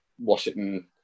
Washington